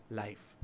life